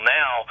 now